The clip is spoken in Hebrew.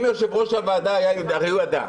יושב-ראש הוועדה הרי ידע,